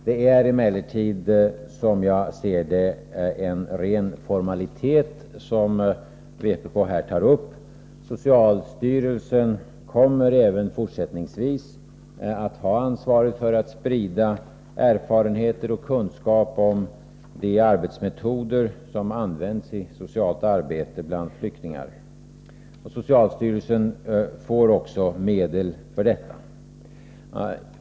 Det är emellertid, som jag ser det, en ren formalitet som vpk här tar upp. Socialstyrelsen kommer även fortsättningsvis att ha ansvaret för att sprida erfarenheter och kunskap om de arbetsmetoder som används i socialt arbete bland flyktingar. Socialstyrelsen får också medel för detta.